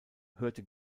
hörte